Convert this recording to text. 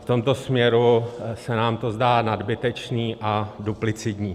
V tomto směru se nám to zdá nadbytečné a duplicitní.